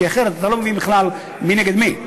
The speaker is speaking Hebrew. כי אחרת אתה לא מבין בכלל מי נגד מי,